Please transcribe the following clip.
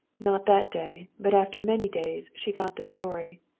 not that day, but after many days, she got the story.